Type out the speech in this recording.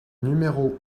numéro